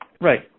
Right